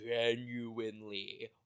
genuinely